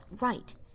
right